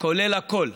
כולל הכול.